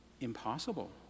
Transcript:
impossible